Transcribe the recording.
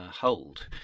hold